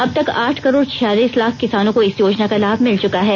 अब तक आठ करोड छियालीस लाख किसानों को इस योजना का लाभ भिल चुका है